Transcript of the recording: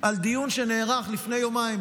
על דיון שנערך לפני יומיים,